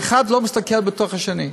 שאחד לא מסתכל בתוך השני,